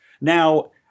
Now